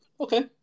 Okay